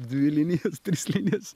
dvi linijas tris linijas